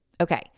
Okay